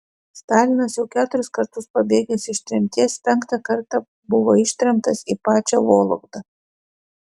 stalinas jau keturis kartus pabėgęs iš tremties penktą kartą buvo ištremtas į pačią vologdą